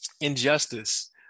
injustice